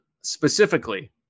specifically